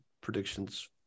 prediction's